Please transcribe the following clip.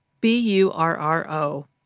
B-U-R-R-O